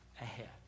ahead